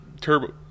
turbo